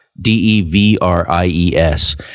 D-E-V-R-I-E-S